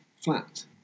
flat